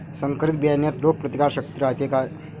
संकरित बियान्यात रोग प्रतिकारशक्ती रायते का?